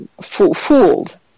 fooled